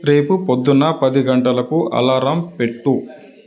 రేపు పొద్దున్న పది గంటలకు అలారం పెట్టు